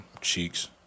Cheeks